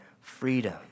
freedom